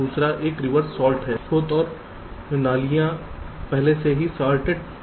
दूसरा एक reverse short है स्रोत और नालियां पहले से ही सॉर्टेड हैं